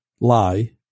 lie